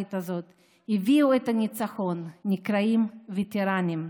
הנוראית הזאת והביאו את הניצחון נקראים וטרנים.